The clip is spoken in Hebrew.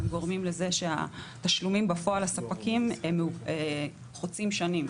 הם גורמים לזה שהתשלומים בפועל לספקים הם חוצים שנים.